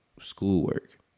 schoolwork